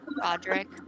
Roderick